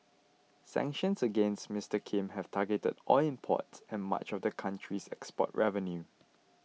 sanctions against Mister Kim have targeted oil imports and much of the country's export revenue